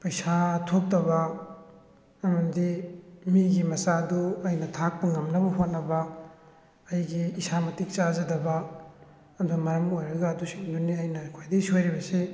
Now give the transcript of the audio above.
ꯄꯩꯁꯥ ꯊꯣꯛꯇꯕ ꯑꯃꯗꯤ ꯃꯤꯒꯤ ꯃꯆꯥꯗꯨ ꯑꯩꯅ ꯊꯥꯛꯄ ꯉꯝꯅꯕ ꯍꯣꯠꯅꯕ ꯑꯩꯒꯤ ꯏꯁꯥ ꯃꯇꯤꯛ ꯆꯥꯖꯗꯕ ꯑꯗꯨꯅ ꯃꯔꯝ ꯑꯣꯏꯔꯒ ꯑꯗꯨꯁꯤꯡꯗꯨꯅꯤ ꯑꯩꯅ ꯈ꯭ꯋꯥꯏꯗꯒꯤ ꯁꯣꯏꯔꯤꯕꯁꯤ